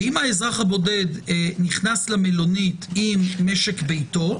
ואם האזרח הבודד נכנס למלונית עם משק ביתו,